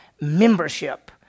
membership